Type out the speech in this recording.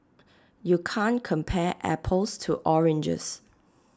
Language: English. you can' T compare apples to oranges